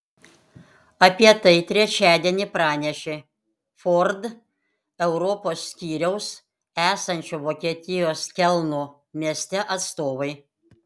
apie tai trečiadienį pranešė ford europos skyriaus esančio vokietijos kelno mieste atstovai